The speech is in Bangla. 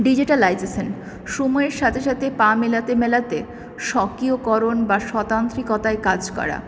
ডিজিটালাইজেসান সময়ের সাথে সাথে পা মেলাতে মেলাতে স্বকীয়করণ বা স্বতান্ত্রিকতায় কাজ করা